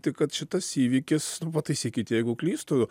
tai kad šitas įvykis nu pataisykit jeigu klystu